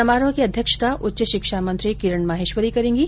समारोह की अध्यक्षता उच्च शिक्षा मंत्री किरण माहेश्वरी करेंगे